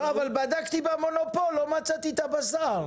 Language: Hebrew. אבל בדקתי במונופול, לא מצאתי את הבשר.